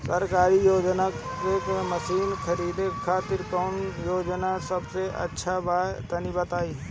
सरकारी योजना के जरिए मशीन खरीदे खातिर कौन योजना सबसे अच्छा बा तनि बताई?